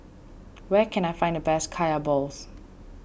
where can I find the best Kaya Balls